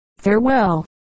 farewell